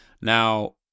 Now